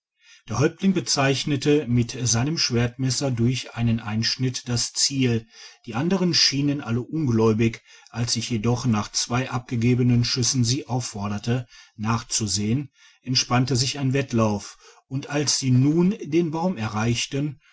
der häuptling bezeichnete mit seinem schwertmesser durch einea einschnitt das ziel die anderen schienen alle ungläubig als ich jedoch nach zwei abgegebenen schüssen sie aufforderte nachzusehen entspann sich ein wettlaufund als sie nun den baum erreichten